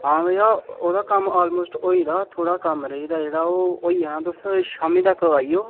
हां भैया ओह्दा कम्म आल्मोस्ट होई गेदा थोह्ड़ा कम्म रेही गेदा जेह्ड़ा ओह् होई जाना तुस शामी तक आई जाओ